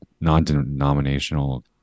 non-denominational